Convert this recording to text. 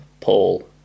Paul